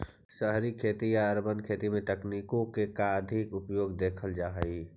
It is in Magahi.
शहरी खेती या अर्बन खेती में तकनीकों का अधिक उपयोग देखल जा हई